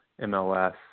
MLS